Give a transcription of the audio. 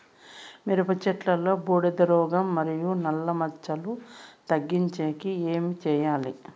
మిరప చెట్టులో బూడిద రోగం మరియు నల్ల మచ్చలు తగ్గించేకి ఏమి చేయాలి?